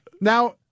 Now